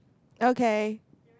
okay